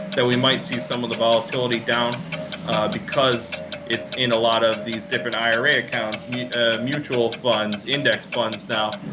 that we might see some of the volatility down because it's in a lot of these different ira accounts ah mutual funds, index funds now.